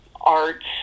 arts